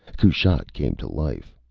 kushat came to life.